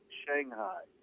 shanghai